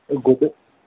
O good